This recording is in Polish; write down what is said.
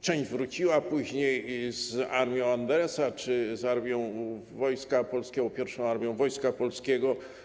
Część wróciła później z armią Andersa czy z armią Wojska Polskiego, I Armią Wojska Polskiego.